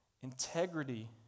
Integrity